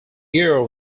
year